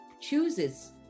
chooses